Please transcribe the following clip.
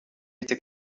était